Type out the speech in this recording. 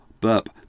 burp